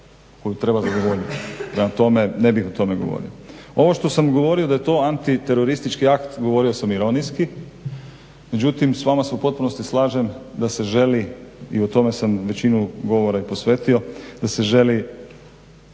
Prema tome ne bih o tome govorio. Ovo što sam govorio to da je antiteroristički rat govorio sam ironijski, međutim s vama se u potpunosti slažem da se želi i o tome sam većinu govora i posvetio da se želi